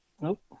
Nope